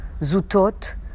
Zutot